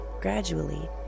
Gradually